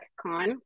Con